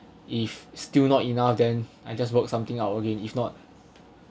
if still not enough then I just work something out again if not